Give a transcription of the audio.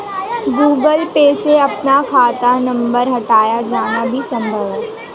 Google Pay से अपना खाता नंबर हटाया जाना भी संभव है